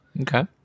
okay